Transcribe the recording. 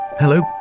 Hello